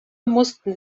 mussten